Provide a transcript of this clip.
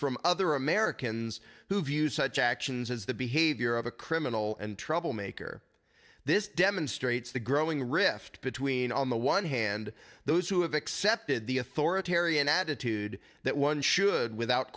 from other americans who view such actions as the behavior of a criminal and troublemaker this demonstrates the growing rift between on the one hand those who have accepted the authoritarian attitude that one should without